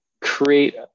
create